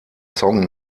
song